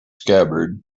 scabbard